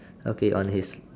okay on his